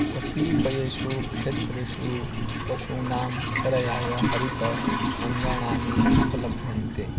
कतिपयेषु क्षेत्रेषु पशूनां चरणाय हरित अङ्गणानि उपलभ्यन्ते